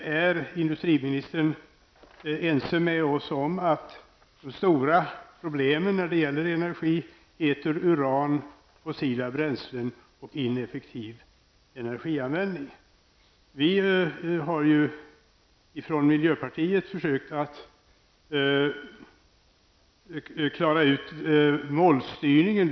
Är industriministern ense med oss om att de stora problemen när det gäller energi heter uran, fossila bränslen och ineffektiv energianvändning? Vi har från miljöpartiet försökt att klara ut målstyrningen.